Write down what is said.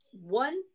one